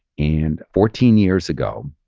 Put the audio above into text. and fourteen years ago,